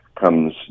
comes